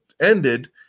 ended